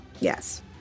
Yes